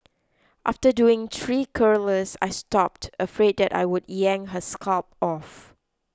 after doing three curlers I stopped afraid that I would yank her scalp off